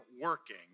working